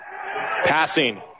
passing